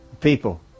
People